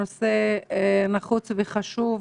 נושא נחוץ וחשוב.